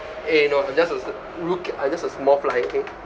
eh no no just a sm~ rook~ I just a small fly okay